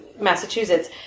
Massachusetts